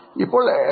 ഇപ്പോൾ 8